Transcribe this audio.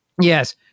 Yes